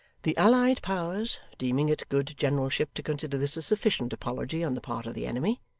the allied powers deeming it good generalship to consider this a sufficient apology on the part of the enemy,